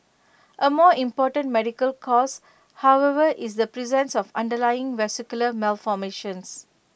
A more important medical cause however is the presence of underlying vascular malformations